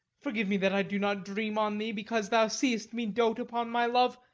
forgive me that i do not dream on thee, because thou seest me dote upon my love.